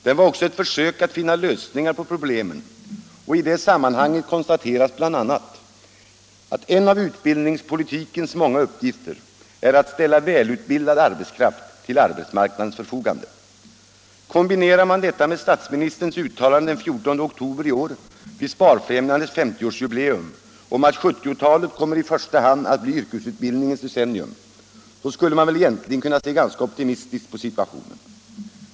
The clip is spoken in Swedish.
Det var också ett försök att finna lösningar på problemen, och i det sammanhanget konstateras bl.a. att ”en av utbildningspolitikens många uppgifter är att ställa välutbildad arbetskraft till arbetsmarknadens förfogande”. Kombinerar man detta med statsministerns uttalande den 14 oktober i år vid Sparfrämjandets 50-årsjubileum om att ”70-talet kommer i första hand att bli yrkesutbildningens decennium”, så skulle man väl egentligen kunna se ganska optimistiskt på situationen.